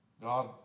God